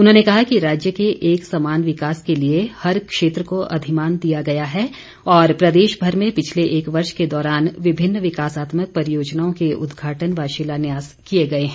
उन्होंने कहा कि राज्य के एक समान विकास के लिए हर क्षेत्र को अधिमान दिया गया है और प्रदेश भर में पिछले एक वर्ष के दौरान विभिन्न विकासात्मक परियोजनाओं के उदघाटन व शिलान्यास किए गए हैं